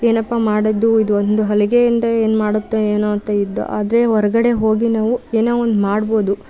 ಏನಪ್ಪಾ ಮಾಡೋದು ಇದೊಂದು ಹೊಲಿಗೆಯಿಂದ ಏನು ಮಾಡುತ್ತೆ ಏನೋ ಅಂತ ಇದ್ದೊ ಆದರೆ ಹೊರಗಡೆ ಹೋಗಿ ನಾವು ಏನೋ ಒಂದು ಮಾಡ್ಬೋದು